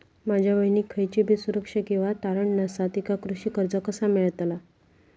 माझ्या बहिणीक खयचीबी सुरक्षा किंवा तारण नसा तिका कृषी कर्ज कसा मेळतल?